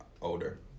older